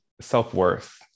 self-worth